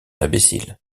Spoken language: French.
imbécile